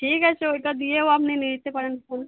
ঠিক আছে ওইটা দিয়েও আপনি নিয়ে নিতেন পারেন ফোন